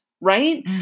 Right